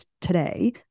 today